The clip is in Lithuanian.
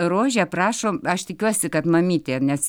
rože prašom aš tikiuosi kad mamytė nes